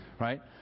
right